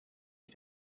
ich